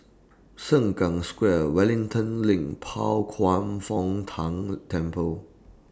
Sengkang Square Wellington LINK Pao Kwan Foh Tang Temple